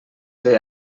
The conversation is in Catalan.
fer